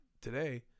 Today